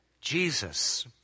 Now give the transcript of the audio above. Jesus